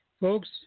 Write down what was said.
Folks